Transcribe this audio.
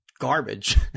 garbage